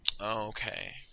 Okay